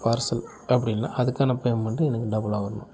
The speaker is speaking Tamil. பார்சல் அப்படி இல்லனா அதுக்கான பேமெண்ட்டு எனக்கு டபுளாக வர்ணும்